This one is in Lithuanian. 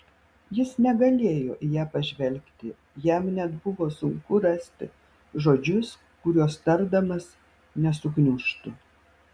jis negalėjo į ją pažvelgti jam net buvo sunku rasti žodžius kuriuos tardamas nesugniužtų